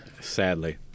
Sadly